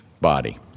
body